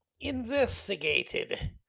investigated